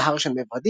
נהר של מי ורדים,